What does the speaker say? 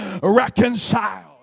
reconciled